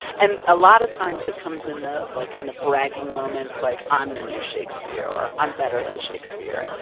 and a lot of times, it comes in the, like, kind of bragging moments like, i'm the new shakespeare, or, i'm better than shakespeare.